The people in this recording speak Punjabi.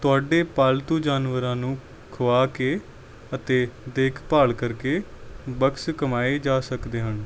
ਤੁਹਾਡੇ ਪਾਲਤੂ ਜਾਨਵਰਾਂ ਨੂੰ ਖੁਆ ਕੇ ਅਤੇ ਦੇਖਭਾਲ ਕਰਕੇ ਬੱਕਸ ਕਮਾਏ ਜਾ ਸਕਦੇ ਹਨ